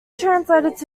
translated